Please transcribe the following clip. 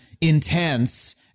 intense